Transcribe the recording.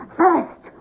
first